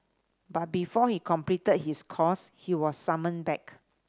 but before he completed his course he was summoned back